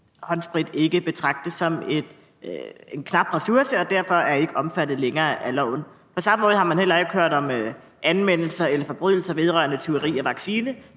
håndsprit ikke betragtes som en knap ressource og derfor ikke længere er omfattet af loven. På samme måde har man heller ikke hørt om anmeldelser eller forbrydelser vedrørende tyveri af vaccine,